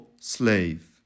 slave